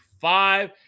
five